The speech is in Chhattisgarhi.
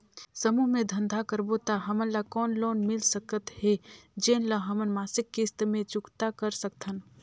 समूह मे धंधा करबो त हमन ल कौन लोन मिल सकत हे, जेन ल हमन मासिक किस्त मे चुकता कर सकथन?